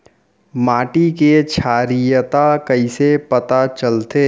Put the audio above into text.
माटी के क्षारीयता कइसे पता लगथे?